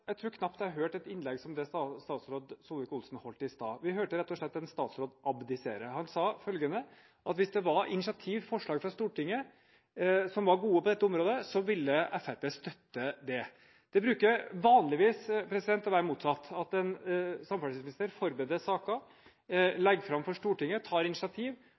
Jeg tror knapt jeg har hørt et innlegg som det statsråd Solvik-Olsen holdt i stad. Vi hørte rett og slett en statsråd abdisere. Han sa at hvis det var initiativ, forslag fra Stortinget, som var gode på dette området, ville Fremskrittspartiet støtte det. Det bruker vanligvis å være motsatt, at en samferdselsminister forbereder saker, legger fram for Stortinget, tar initiativ